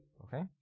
Okay